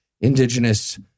indigenous